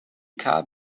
car